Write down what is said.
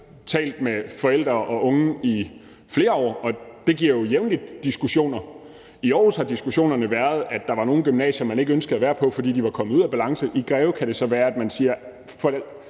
talt med forældre og unge i flere år, og det giver jo jævnligt diskussioner. I Aarhus har diskussionerne drejet sig om, at der var nogle gymnasier, man ikke ønskede at gå på, fordi de var kommet ud af balance. I Greve kan det så være, man spørger: